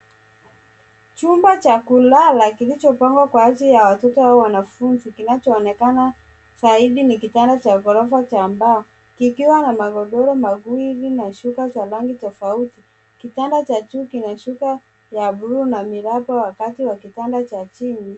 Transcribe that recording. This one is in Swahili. Chumba cha kulala kilichopangwa kwa ajili ya watoto au wanafunzi. Kinachoonekana zaidi ni kitanda cha ghorofa cha mbao, kikiwa na magodoro mawili na shuka za rangi tofauti. Kitanda cha juu kina shuka ya buluu na miraba wakati wa kitanda cha chini.